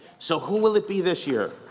so who will it be this year?